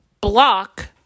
block